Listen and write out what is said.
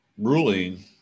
ruling